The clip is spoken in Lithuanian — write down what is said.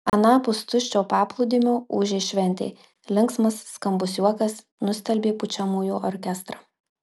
anapus tuščio paplūdimio ūžė šventė linksmas skambus juokas nustelbė pučiamųjų orkestrą